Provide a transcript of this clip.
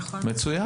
מצוין.